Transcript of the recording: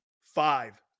five